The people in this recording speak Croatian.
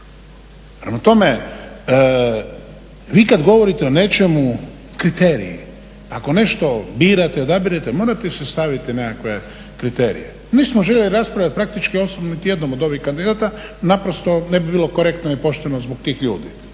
tome, vi kad govorite o nečemu, kriteriji, ako nešto birate, odabirete, morate si staviti nekakve kriterije. Nismo željeli raspravljati praktički … od ovih kandidata, naprosto ne bi bilo korektno i pošteno zbog tih ljudi,